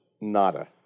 nada